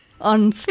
on